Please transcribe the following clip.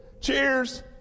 Cheers